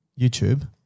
YouTube